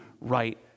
right